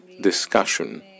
discussion